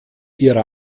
ihrer